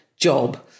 job